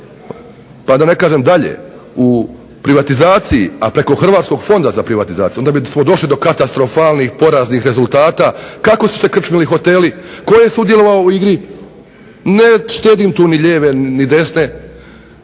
pa da ne kažem dalje u privatizaciji, a preko Hrvatskog fonda za privatizaciju onda bismo došli do katastrofalnih poraznih rezultata kako su se krčili hoteli, tko je sudjelovao u igri, ne štedim tu ni lijeve ni desne,